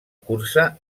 cursa